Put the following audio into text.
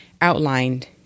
outlined